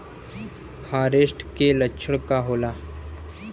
फारेस्ट के लक्षण का होला?